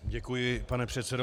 Děkuji, pane předsedo.